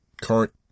current